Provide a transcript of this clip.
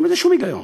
אין בזה שום היגיון.